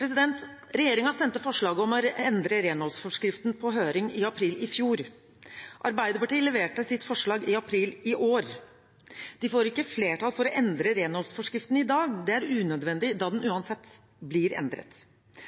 Regjeringen sendte forslaget om å endre renholdsforskriften på høring i april i fjor. Arbeiderpartiet leverte sitt forslag i april i år. De får ikke flertall for å endre renholdsforskriften i dag. Det er unødvendig, da den